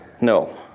no